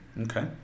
Okay